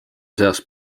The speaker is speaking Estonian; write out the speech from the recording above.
seas